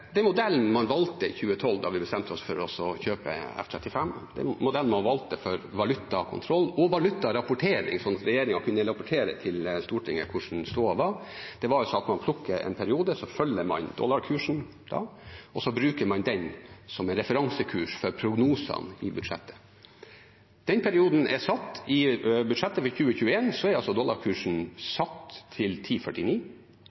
sånn at regjeringen kunne rapportere til Stortinget hvordan stoda var, er sånn at man plukker en periode, så følger man dollarkursen da, og så bruker man den som en referansekurs for prognosene i budsjettet. Den perioden er satt, og i budsjettet for 2021 er dollarkursen satt til 10,49. Hvis vi hadde brukt den prognosen i begynnelsen av november måned, hadde dollarkursen